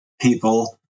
People